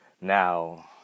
Now